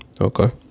Okay